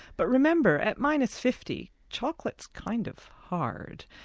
but remember at minus fifty, chocolate's kind of hard,